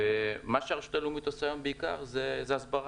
ומה שהרשות הלאומית עושה היום בעיקר זה הסברה.